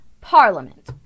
Parliament